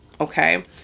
okay